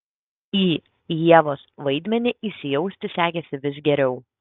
į ievos vaidmenį įsijausti sekėsi vis geriau